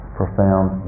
profound